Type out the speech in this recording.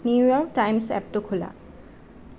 new York Times এপটো খোলা